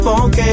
Funk